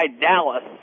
Dallas